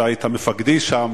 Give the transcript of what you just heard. אתה היית מפקדי שם,